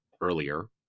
earlier